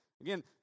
Again